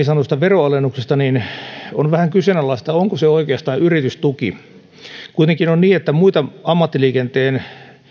sanotusta veronalennuksesta niin on vähän kyseenalaista onko se oikeastaan yritystuki kuitenkin on niin että muita ammattiliikenteen